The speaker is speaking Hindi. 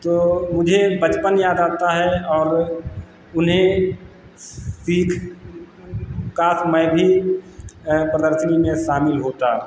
तो मुझे बचपन याद आता है और उन्हें सीख काश मैं भी प्रदर्शनी में शामिल होता